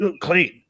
clean